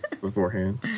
beforehand